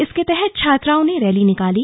इसके तहत छात्राओं ने रैली निकाली